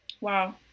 Wow